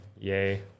Yay